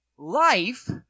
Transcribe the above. Life